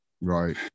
Right